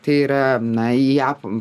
tai yra na į ją